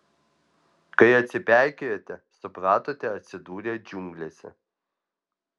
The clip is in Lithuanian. kai atsipeikėjote supratote atsidūrę džiunglėse